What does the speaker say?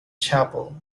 chapel